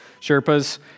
Sherpas